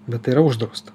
bet tai yra uždrausta